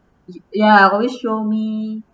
y~ ya always show me